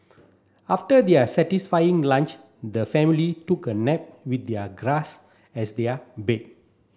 after their satisfying lunch the family took a nap with their grass as their bed